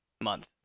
month